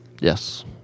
Yes